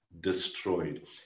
destroyed